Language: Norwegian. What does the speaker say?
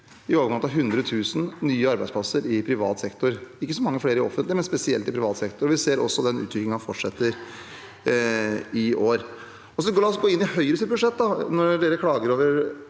i overkant 100 000 nye arbeidsplasser i privat sektor – ikke så mange flere i offentlig sektor, men spesielt i privat sektor. Vi ser at den utviklingen fortsetter i år. La oss gå inn i Høyres budsjett